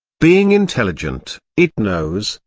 being intelligent, it knows,